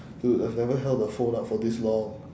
dude I've never held a phone up for this long